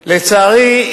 לצערי,